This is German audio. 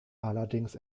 allerdings